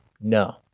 no